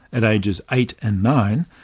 at ages eight and nine,